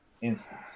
instance